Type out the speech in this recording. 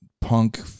punk